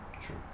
True